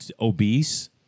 obese